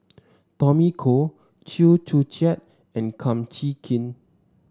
Tommy Koh Chew Joo Chiat and Kum Chee Kin